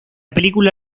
película